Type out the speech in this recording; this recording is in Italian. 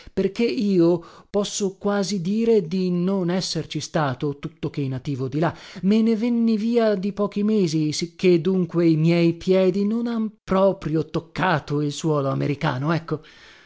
perché io posso quasi quasi dire di non esserci stato tuttoché nativo di là ma ne venni via di pochi mesi sicché dunque i miei piedi non han proprio toccato il suolo americano ecco